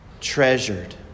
treasured